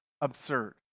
absurd